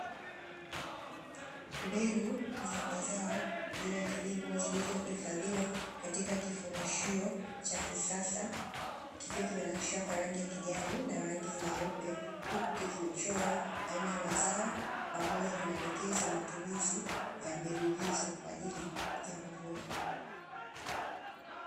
Mbegu za mazao kwa ajili ya kilimo zilizohifadhiwa katika kifungashio cha kisasa, kikiwa kimenakshiwa kwa rangi ya kijani na rangi nyeupe, huku kikiwa kimechorwa aina ya mazao pamoja na maelekezo ya matumizi ya mbegu hizo kwa ajili ya mavuno.